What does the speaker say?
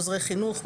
עוזרי חינוך,